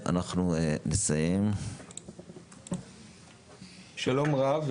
שלום רב.